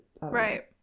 Right